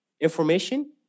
information